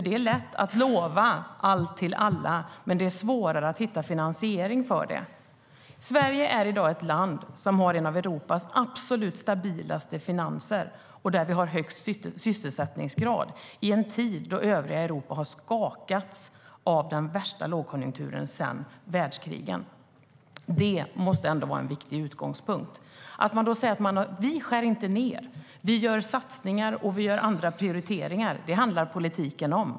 Det är lätt att lova allt till alla, men det är svårare att hitta finansiering för det. Sverige har i dag en av Europas absolut stabilaste finanser och högst sysselsättningsgrad i en tid då övriga Europa har skakats av den värsta lågkonjunkturen sedan världskrigen. Det måste ändå vara en viktig utgångspunkt. Vi skär inte ned. Vi gör satsningar och vi gör andra prioriteringar. Det handlar politiken om.